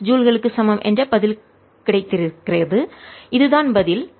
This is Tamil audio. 0 ஜூல்களுக்கு சமம் என்ற பதில் கிடைக்கிறது இதுதான் பதில்